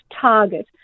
target